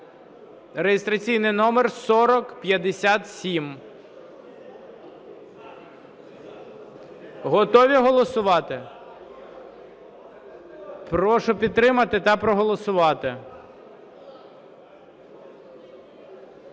(реєстраційний номер 4057). Готові голосувати? Прошу підтримати та проголосувати.